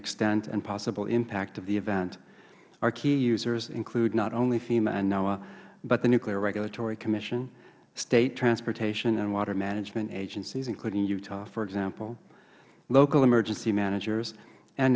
extent and possible impact of the event our key users include not only fema and noaa but the nuclear regulatory commission state transportation and water management agencies including utah for example local emergency managers and